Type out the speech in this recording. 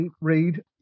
read